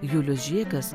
julius žėkas